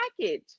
package